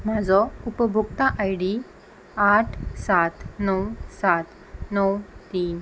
म्हाजो उपभुक्त I D आठ सात णव सात णव तीन